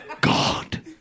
God